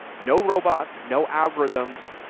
no robots, no algorithms.